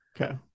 Okay